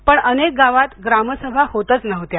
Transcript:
पण अनेक गावात ग्रामसभा होतंच नव्हत्या